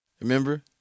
Remember